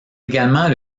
également